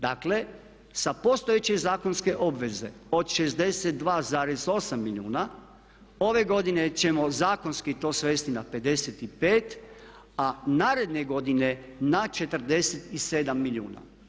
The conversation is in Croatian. Dakle, sa postojeće zakonske obveze od 62,8 milijuna ove godine ćemo zakonski to svesti na 55, a naredne godine na 47 milijuna.